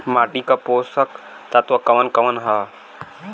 माटी क पोषक तत्व कवन कवन ह?